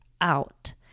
out